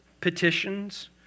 petitions